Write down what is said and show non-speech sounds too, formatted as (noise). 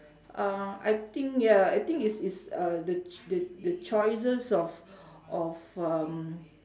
uh I think ya I think is is uh the the choices of (breath) of um